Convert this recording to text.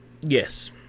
Yes